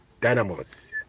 Dynamo's